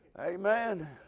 Amen